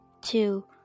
two